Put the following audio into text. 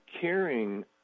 caring